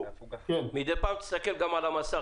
מידי פעם תסתכל גם על המסך,